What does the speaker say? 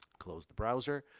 close the browser.